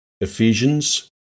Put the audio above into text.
Ephesians